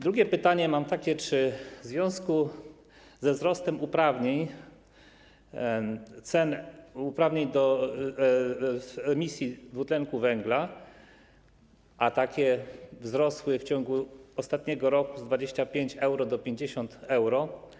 Drugie pytanie mam takie: Czy w związku ze wzrostem cen uprawnień do emisji dwutlenku węgla, a taki wzrost nastąpił w ciągu ostatniego roku z 25 euro do 50 euro.